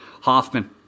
Hoffman